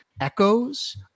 echoes